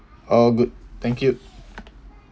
all good thank you